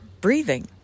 breathing